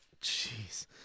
Jeez